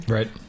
Right